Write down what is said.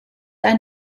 ein